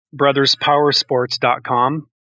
brotherspowersports.com